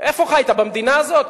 במדינה הזאת?